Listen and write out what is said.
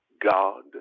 God